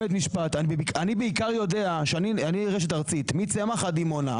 עמיר, אני רשת ארצית מצמח עד דימונה.